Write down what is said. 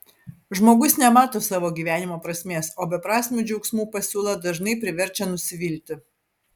žmogus nemato savo gyvenimo prasmės o beprasmių džiaugsmų pasiūla dažnai priverčia nusivilti